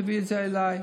תביא את זה אליי,